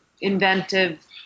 inventive